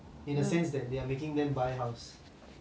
in a sense that they are making them buy house